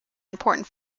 important